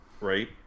Right